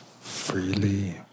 freely